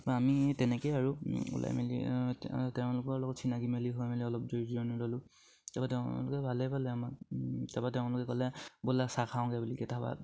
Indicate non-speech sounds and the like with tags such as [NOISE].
তাপা আমি তেনেকেই আৰু ওলাই মেলি তেওঁলোকৰ অলপ চিনাকি মেলি হয় মেলি অলপ [UNINTELLIGIBLE] ল'লোঁ তাপা তেওঁলোকে ভালে পালে আমাক তাপা তেওঁলোকে ক'লে বোলে চাহ খাওঁগে বুলি [UNINTELLIGIBLE]